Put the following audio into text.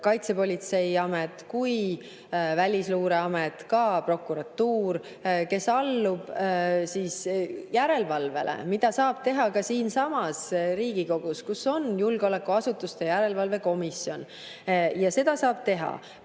Kaitsepolitseiamet kui ka Välisluureamet, ka prokuratuur, kes alluvad järelevalvele, mida saab teha ka siinsamas Riigikogus, kus on julgeolekuasutuste järelevalve erikomisjon. Ja seda saab